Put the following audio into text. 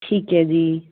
ਠੀਕ ਹੈ ਜੀ